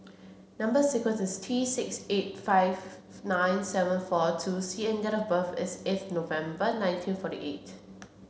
number sequence is T six eight five nine seven four two C and date of birth is eighth November nineteen forty eight